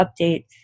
updates